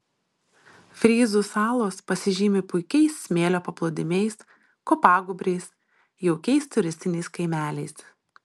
fryzų salos pasižymi puikiais smėlio paplūdimiais kopagūbriais jaukiais turistiniais kaimeliais